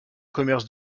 commerce